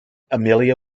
amelia